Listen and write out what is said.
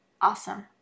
awesome